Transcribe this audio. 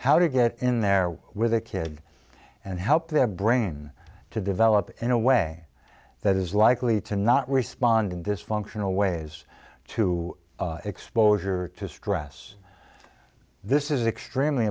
how to get in there with a kid and help their brain to develop in a way that is likely to not respond in this functional ways to exposure to stress this is extremely